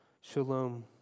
shalom